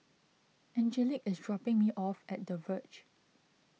Angelic is dropping me off at the Verge